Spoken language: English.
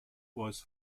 was